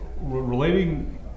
relating